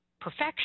perfection